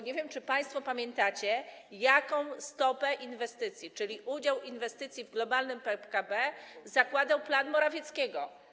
Nie wiem, czy państwo pamiętacie, jaką stopę inwestycji, czyli udział inwestycji w globalnym PKB, zakładał plan Morawieckiego.